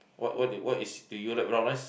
what what you what is do you like brown rice